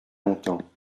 longtemps